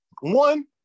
one